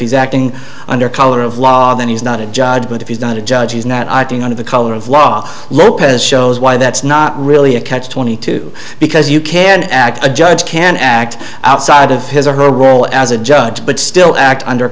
he's acting under color of law then he's not a judge but if he's not a judge he's not i think one of the color of law lopez shows why that's not really a catch twenty two because you can act the judge can act outside of his or her role as a judge but still act under